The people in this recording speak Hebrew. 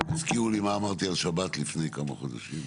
רק תזכירו מה אמרתי על שבת לפני כמה חודשים.